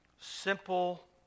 simple